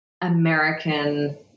American